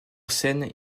scène